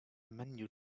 menu